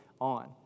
on